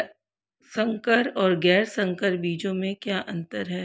संकर और गैर संकर बीजों में क्या अंतर है?